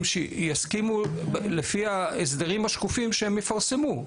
שיסכימו לפי ההסדרים השקופים שהם יפרסמו,